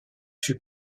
fut